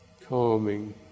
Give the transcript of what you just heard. calming